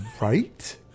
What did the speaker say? Right